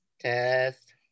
test